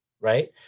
right